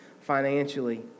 financially